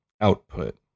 output